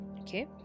Okay